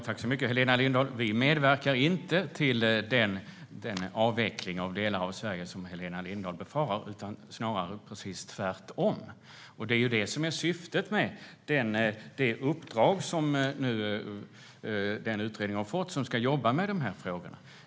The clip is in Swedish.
Herr talman! Vi medverkar inte till den avveckling av delar av Sverige som Helena Lindahl befarar. Det är snarare precis tvärtom. Det är det som är syftet med det uppdrag utredningen som ska jobba med dessa frågor har fått.